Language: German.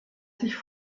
sich